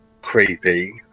creepy